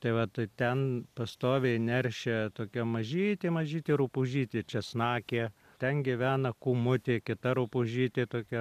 tai va tai ten pastoviai neršia tokia mažytė mažytė rupūžytė česnakė ten gyvena kūmutė kita rupūžytė tokia